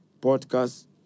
podcast